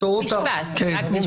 רק משפט.